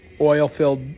oil-filled